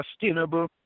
sustainable